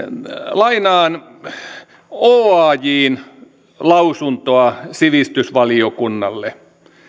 lainaan oajn lausuntoa sivistysvaliokunnalle